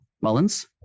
mullins